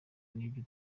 n’ibyo